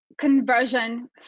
conversion